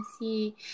see